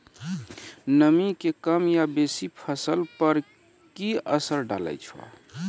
नामी के कम या बेसी फसल पर की असर डाले छै?